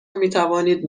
میتوانید